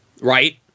right